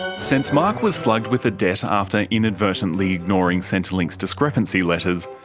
ah since mark was slugged with a debt after inadvertently ignoring centrelink's discrepancy letters,